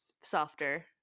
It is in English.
softer